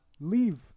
leave